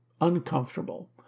uncomfortable